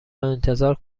انتظار